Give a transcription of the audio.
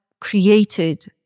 created